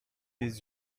les